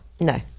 No